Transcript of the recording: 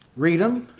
read them,